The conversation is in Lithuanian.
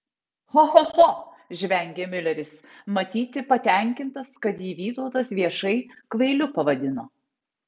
cho cho cho žvengė miuleris matyti patenkintas kad jį vytautas viešai kvailiu pavadino